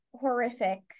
horrific